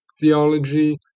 theology